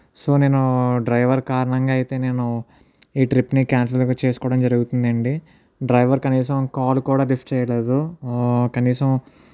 so నేను driver కారణంగా అయితే నేను ఈ ట్రిప్ ని క్యాన్సిల్ అయితే చేసుకోవడం జరుగుతుంది అండి డ్రైవర్ కనీసం కాల్ కూడా లిఫ్ట్ చేయలేదు కనీసం